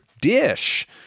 Dish